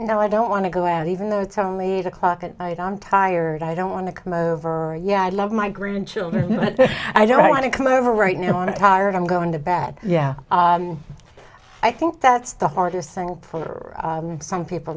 know i don't want to go out even though it's only eight o'clock at night i'm tired i don't want to come over yeah i love my grandchildren i don't want to come over right now i'm tired i'm going to bad yeah i think that's the hardest thing for some people